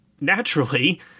naturally